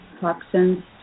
toxins